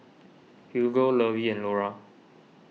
Hugo Lovie and Lora